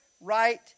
right